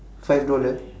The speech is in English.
five dollar